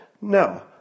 No